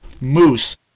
moose